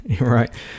Right